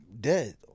dead